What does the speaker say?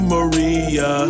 Maria